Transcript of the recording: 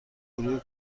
گروه